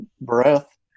breath